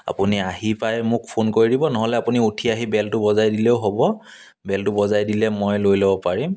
আপুনি আহি পায় মোক ফোন কৰি দিব নহ'লে আপুনি উঠি আহি বেলটো বজাই দিলেও হ'ব বেলটো বজাই দিলে মই লৈ ল'ব পাৰিম